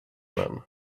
man